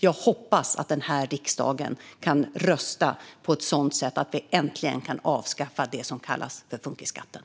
Jag hoppas att riksdagen röstar på ett sådant sätt att vi äntligen kan avskaffa det som kallas för funkisskatten.